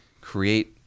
create